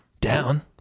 Down